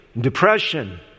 depression